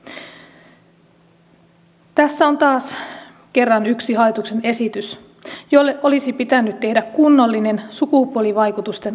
tässä on taas kerran yksi hallituksen esitys jolle olisi pitänyt tehdä kunnollinen sukupuolivaikutusten arviointi